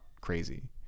crazy